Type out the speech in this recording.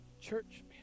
Church